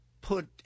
put